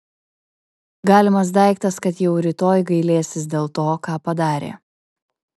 galimas daiktas kad jau rytoj gailėsis dėl to ką padarė